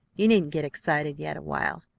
you needn't get excited yet awhile.